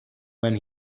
when